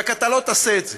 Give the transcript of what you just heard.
רק שאתה לא תעשה את זה.